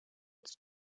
its